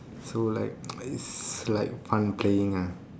so like it's like fun playing ah